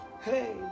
Hey